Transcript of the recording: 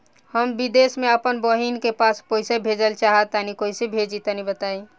हम विदेस मे आपन बहिन के पास पईसा भेजल चाहऽ तनि कईसे भेजि तनि बताई?